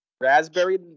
raspberry